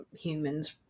humans